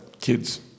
kids